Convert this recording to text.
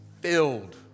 filled